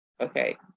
Okay